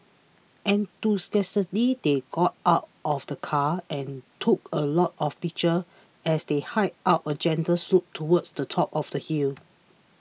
enthusiastically they got out of the car and took a lot of pictures as they hiked up a gentle slope towards the top of the hill